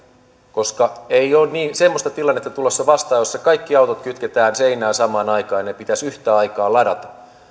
koska ei ole semmoista tilannetta tulossa vastaan jossa kaikki autot kytketään seinään samaan aikaan ja ne pitäisi yhtä aikaa ladata